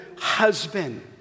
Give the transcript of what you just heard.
husband